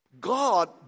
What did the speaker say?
God